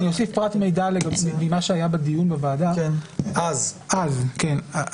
יש לי פרט מידע ממה שהיה בדיון בוועדה אז: הרציונל,